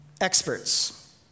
experts